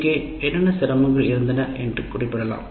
எங்கே என்னென்ன சிரமங்கள் இருந்தன என்று குறிப்பிடலாம்